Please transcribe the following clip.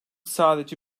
sadece